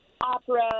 opera